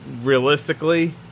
Realistically